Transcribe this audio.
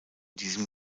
diesem